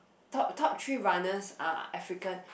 top top three runners are African